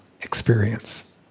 experience